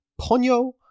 Ponyo